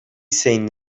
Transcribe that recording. zein